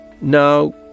now